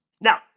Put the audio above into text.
Now